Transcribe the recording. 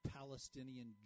Palestinian